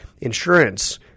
insurance